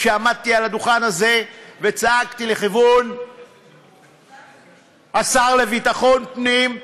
כשעמדתי מעל הדוכן הזה וצעקתי לכיוון השר לביטחון פנים: